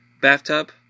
bathtub